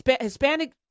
Hispanic